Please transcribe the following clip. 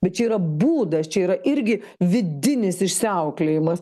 bet čia yra būdas čia yra irgi vidinis išsiauklėjimas